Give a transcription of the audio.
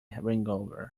hangover